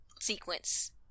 sequence